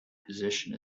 position